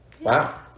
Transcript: Wow